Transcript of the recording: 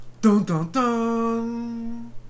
dun-dun-dun